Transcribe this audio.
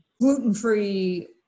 gluten-free